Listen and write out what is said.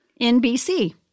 NBC